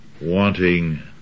wanting